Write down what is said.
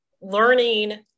learning